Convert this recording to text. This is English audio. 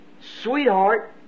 sweetheart